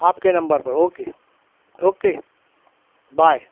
آپ کے نمبر پر اوکے اوکے بائے